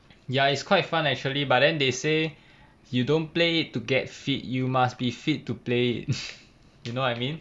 ya it's quite fun actually but then they say you don't play it to get fit you must be fit to play it you know what I mean